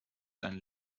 zijn